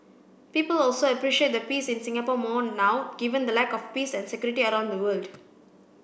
people also appreciate the peace in Singapore more now given the lack of peace and security around the world